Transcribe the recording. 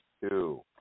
two